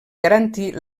garantir